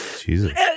Jesus